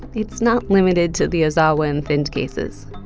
it's not limited to the ozawa and thind cases.